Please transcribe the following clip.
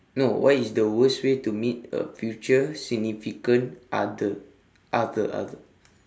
no what is the worst way to meet a future significant other other other